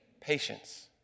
Patience